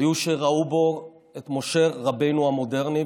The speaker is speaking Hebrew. היו שראו בו את משה רבנו המודרני,